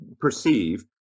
perceive